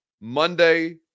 Monday